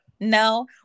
no